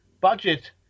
budget